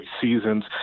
seasons